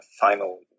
final